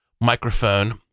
microphone